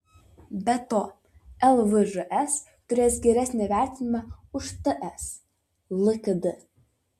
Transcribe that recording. be to lvžs turės geresnį vertinimą už ts lkd